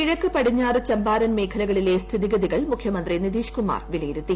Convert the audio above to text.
കിഴക്ക് പടിഞ്ഞാറ് ചംബാരൻ മേഖലകളിലെ സ്ഥിതിഗതികൾ മുഖ്യമന്ത്രി നിതീഷ്കുമാർ വിലയിരുത്തി